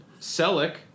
Selleck